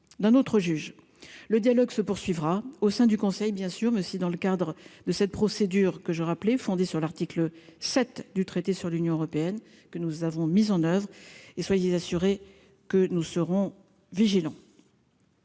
d'un autre juge, le dialogue se poursuivra au sein du Conseil, bien sûr, mais aussi dans le cadre de cette procédure que je rappelais fondé sur l'article 7 du traité sur l'Union européenne que nous avons mise en oeuvre et soyez assuré que nous serons vigilants.